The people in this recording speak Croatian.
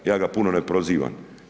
Ja ga puno ne prozivam.